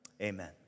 Amen